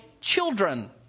children